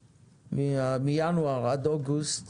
מינואר עד אוגוסט